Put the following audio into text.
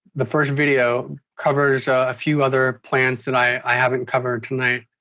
the first video covers a few other plants that i haven't covered tonight.